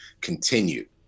continue